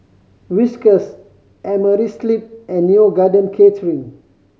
Whiskas Amerisleep and Neo Garden Catering